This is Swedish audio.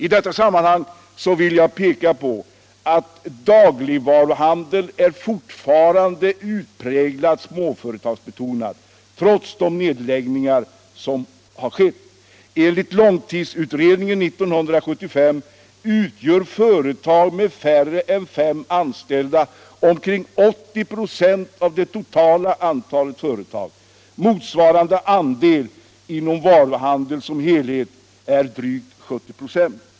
I detta sammanhang vill jag peka på att dagligvaruhandeln fortfarande är utpräglat småföretagsbetonad, trots de nedläggningar som har skett. Enligt långtidsutredningen 1975 utgör företag med färre än fem anställda omkring 80 ?4 av det totala antalet företag. Motsvarande andel inom varuhandeln som helhet är 70 "6.